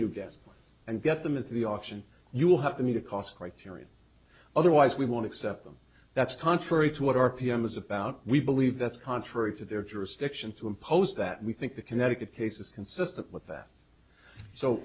new gas and get them at the auction you will have to meet a cost criterion otherwise we want to accept them that's contrary to what our pm is about we believe that's contrary to their jurisdiction to impose that we think the connecticut case is consistent with that so